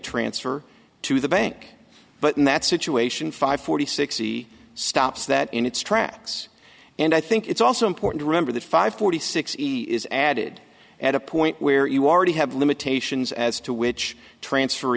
transfer to the bank but in that situation five hundred sixty stops that in its tracks and i think it's also important to remember that five forty six is added at a point where you already have limitations as to which transfer